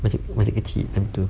masih masih kecil macam tu